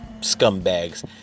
scumbags